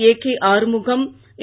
ஏகேடிஆறுமுகம் என்